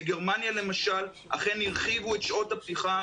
בגרמניה למשל אכן הרחיבו את שעות הפתיחה.